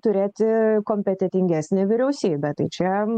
turėti kompetentingesnę vyriausybę tai čia